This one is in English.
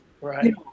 Right